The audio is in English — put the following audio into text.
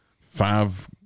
Five